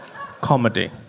Comedy